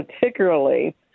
particularly